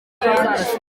kenshi